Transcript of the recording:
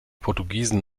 portugiesen